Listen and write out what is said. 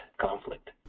conflict